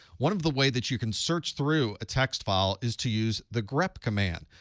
one of the way that you can search through a text file is to use the grep command.